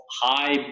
high